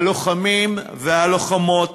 הלוחמים והלוחמות,